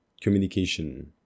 communication